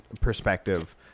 Perspective